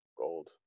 Gold